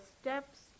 steps